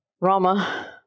Rama